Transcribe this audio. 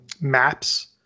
maps